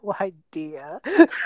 idea